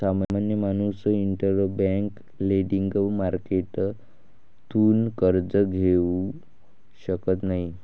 सामान्य माणूस interbank lending मार्केटतून कर्ज घेऊ शकत नाही